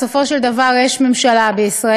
בסופו של דבר יש ממשלה בישראל,